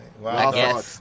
Wow